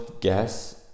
guess